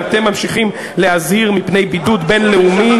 ואתם ממשיכים להזהיר מפני בידוד בין-לאומי,